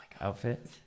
outfit